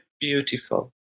beautiful